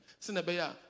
Sinabaya